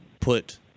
put